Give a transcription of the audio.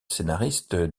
scénariste